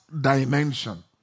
dimension